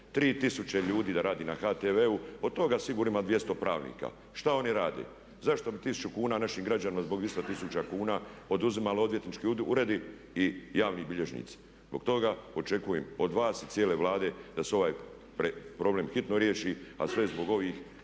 3000 ljudi da radi na HTV-u pa od toga sigurno ima 200 pravnika. Šta oni rade? Zašto bi 1000 kuna našim građanima zbog 2000 kuna oduzimali odvjetnički uredi i javni bilježnici. Zbog toga očekujem od vas i cijele Vlade da se ovaj problem hitno riješi a sve zbog ovih